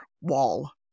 wall